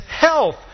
health